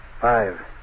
Five